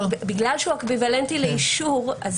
--- בגלל שזה אקוויוולנטי לאישור,